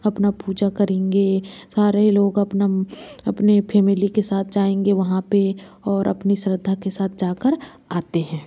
अपना पूजा करेंगे सारे लोग अपना अपने फैमिली के साथ जाएंगे वहाँ पर और अपनी श्रद्धा के साथ जा कर आते हैं